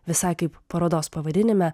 visai kaip parodos pavadinime